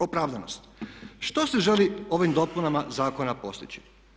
Opravdanost, što se želi ovim dopunama zakona postići?